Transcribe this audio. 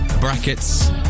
brackets